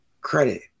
credit